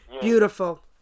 Beautiful